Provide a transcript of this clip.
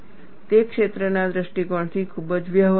તે ક્ષેત્રના દૃષ્ટિકોણથી ખૂબ જ વ્યવહારુ છે